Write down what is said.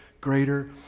greater